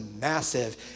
massive